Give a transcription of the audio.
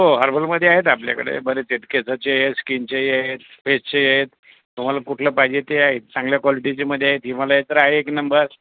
हो हर्बल मध्ये आहेत आपल्याकडे बरेच आहेत केसाचे आहे स्कीनचे आहेत फेसचे आहेत तुम्हाला कुठलं पाहिजे ते आहेत चांगल्या क्वालिटीमध्ये आहेत हिमालाया तर आहे एक नंबर